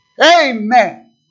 Amen